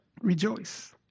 rejoice